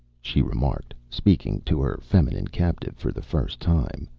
she remarked, speaking to her feminine captive for the first time,